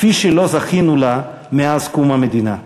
כפי שלא זכינו לה מאז קום המדינה.